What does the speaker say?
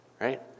right